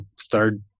third